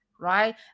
right